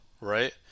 right